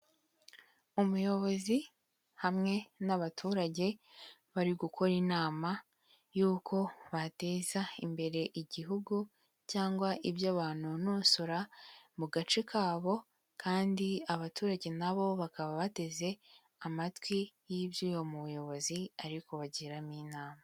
Umuyobozi hamwe n'abaturage bari gukora inama y'uko bateza imbere igihugu cyangwa iby'abanonosora mu gace kabo kandi abaturage na bo bakaba bateze amatwi y'iby'uwo muyobozi ari kubagiramo inama.